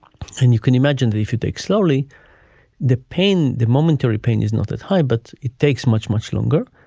and you can imagine that if you take slowly the pain, the momentary pain is not that high, but it takes much, much longer.